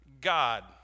God